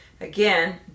again